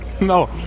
No